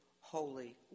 holy